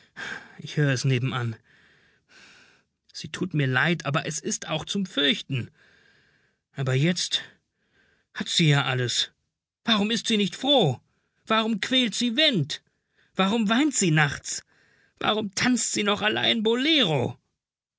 ich hör es nebenan sie tut mir leid aber es ist auch zum fürchten aber jetzt hat sie ja alles warum ist sie nicht froh warum quält sie went warum weint sie nachts warum tanzt sie noch allein bolero